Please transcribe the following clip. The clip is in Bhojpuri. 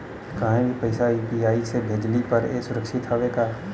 कहि भी पैसा यू.पी.आई से भेजली पर ए सुरक्षित हवे का?